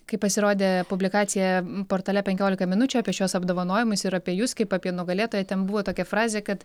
kai pasirodė publikacija portale penkiolika minučių apie šiuos apdovanojimus ir apie jus kaip apie nugalėtoją ten buvo tokia frazė kad